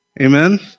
Amen